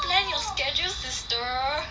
plan your schedule sister